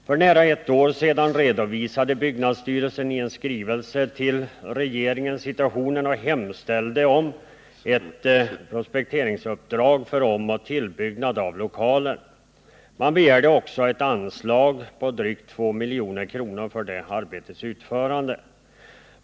För nära ett år sedan redovisade byggnadsstyrelsen i en skrivelse till regeringen situationen och hemställde om ett projekteringsuppdrag för omoch tillbyggnad av lokalerna. Man begärde också ett anslag på drygt 2 milj.kr. för arbetets utförande.